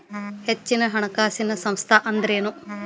ಹೆಚ್ಚಿನ ಹಣಕಾಸಿನ ಸಂಸ್ಥಾ ಅಂದ್ರೇನು?